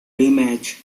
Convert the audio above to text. rematch